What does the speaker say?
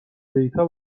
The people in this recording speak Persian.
دیتا